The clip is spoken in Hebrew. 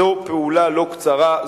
זאת פעולה לא קצרה,